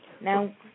Now